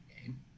game